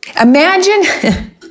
Imagine